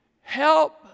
help